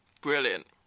Brilliant